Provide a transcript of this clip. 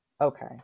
Okay